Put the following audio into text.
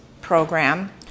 program